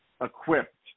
equipped